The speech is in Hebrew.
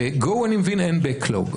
ב-go אני מבין שאין backlog,